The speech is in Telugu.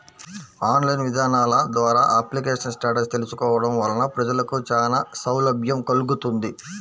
ఆన్లైన్ ఇదానాల ద్వారా అప్లికేషన్ స్టేటస్ తెలుసుకోవడం వలన ప్రజలకు చానా సౌలభ్యం కల్గుతుంది